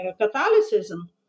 Catholicism